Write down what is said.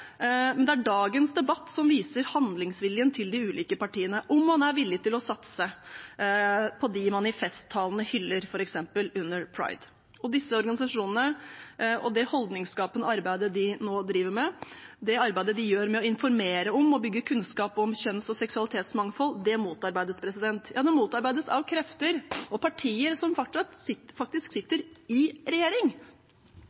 men det er dagens debatt som viser handlingsviljen til de ulike partiene, om man er villig til å satse på dem man i festtalene hyller, f.eks. under Pride. Disse organisasjonene og det holdningsskapende arbeidet de nå driver med, det arbeidet de gjør med å informere om og bygge kunnskap om kjønns- og seksualitetsmangfold, motarbeides. Ja, det motarbeides av krefter og partier som faktisk